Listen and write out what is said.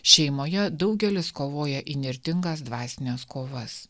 šeimoje daugelis kovoja įnirtingas dvasines kovas